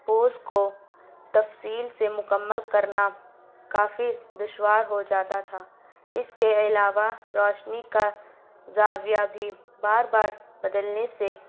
پوس کو تفصیل سے مکمل کرنا کافی دشوار ہو جاتا تھا اس کے علاوہ روشنی کا زاویہ بھی بار بار بدلنے سے